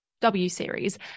W-series